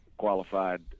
qualified